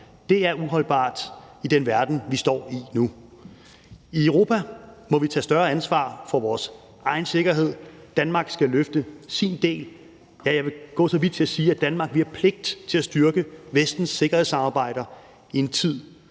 Det er uholdbart i den verden, vi står i nu. I Europa må vi tage større ansvar for vores egen sikkerhed. Danmark skal løfte sin del, ja, jeg vil gå så vidt som til at sige, at Danmark har pligt til at styrke Vestens sikkerhedssamarbejder i en tid,